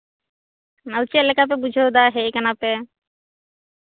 ᱟᱫᱚ ᱪᱮᱫ ᱞᱮᱠᱟᱯᱮ ᱵᱩᱡᱷᱟᱹᱣ ᱮᱜ ᱠᱟᱱᱟ ᱦᱮᱡ ᱠᱟᱱᱟᱯᱮ